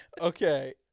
Okay